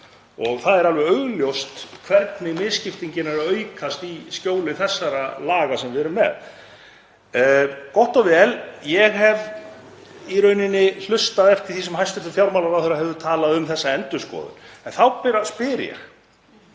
og það er alveg augljóst hvernig misskiptingin er að aukast í skjóli þeirra laga sem við erum með. En gott og vel, ég hef hlustað eftir því sem hæstv. fjármálaráðherra hefur sagt um þessa endurskoðun. En þá spyr ég: